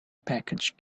package